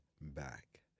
back